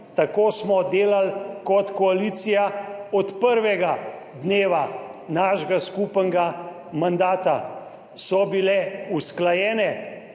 Tako smo delali kot koalicija od prvega dneva našega skupnega mandata. So bile usklajene